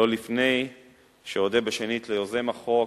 לא לפני שאודה בשנית ליוזם החוק,